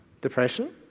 Depression